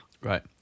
Right